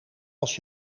als